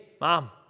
mom